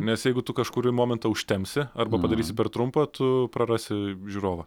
nes jeigu tu kažkurį momentą užtempsi arba padarysi per trumpą tu prarasi žiūrovą